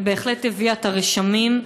ובהחלט הביאה את הרשמים,